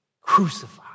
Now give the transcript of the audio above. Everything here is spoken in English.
crucified